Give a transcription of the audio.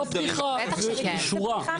זאת לא פתיחה, זאת שורה.